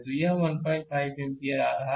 तो यह 15 एम्पीयर आ रहा है